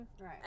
Right